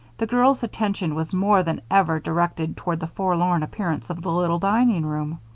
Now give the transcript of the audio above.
the girls' attention was more than ever directed toward the forlorn appearance of the little dining-room.